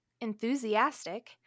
enthusiastic